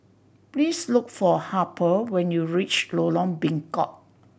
please look for Harper when you reach Lorong Bengkok